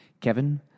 Kevin